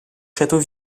château